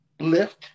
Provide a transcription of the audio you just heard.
lift